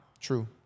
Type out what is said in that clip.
True